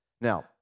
Now